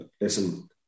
listen